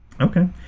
Okay